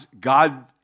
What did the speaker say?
God